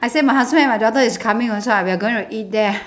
I say my husband and my daughter is coming also ah we're going to eat there